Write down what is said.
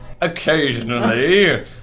Occasionally